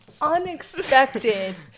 unexpected